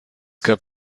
gab